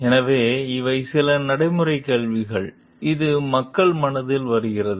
எனவே இவை சில நடைமுறை கேள்விகள் இது மக்கள் மனதில் வருகிறது